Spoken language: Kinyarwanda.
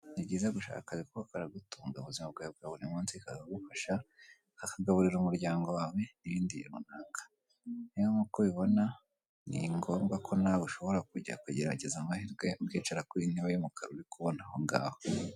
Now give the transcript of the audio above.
Ni byiza gushaka akazi kuko karagutunga mu buzima bwawe bwa buri munsi kakagufasha, kakagaburira umuryango wawe n'ibindi bintu runaka. Rero nk'uko ubibona ni ngombwa ko nawe ushobora kujya kugerageza amahirwe, ukicara kuri iyi ntebe y'umukara uri kubona aho ngaho.